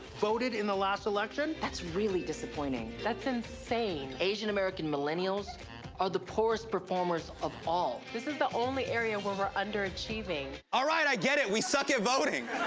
voted in the last election? that's really disappointing. that's insane. asian american millennials are the poorest performers of all. this is the only area where we're under achieving. all right, i get it. we suck at voting.